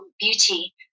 beauty